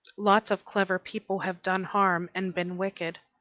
lots of clever people have done harm and been wicked.